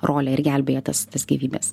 rolę ir gelbėja tas tas gyvybes